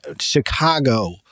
Chicago